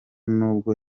n’ubwo